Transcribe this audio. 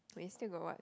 we still got what